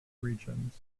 regions